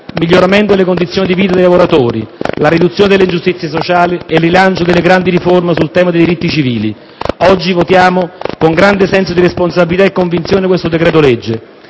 miglioramento delle condizioni di vita dei lavoratori, la riduzione delle ingiustizie sociali e il rilancio delle grandi riforme sul tema dei diritti civili. Oggi votiamo con grande senso di responsabilità e convinzione questo decreto-legge.